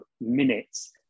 minutes